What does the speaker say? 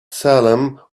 salem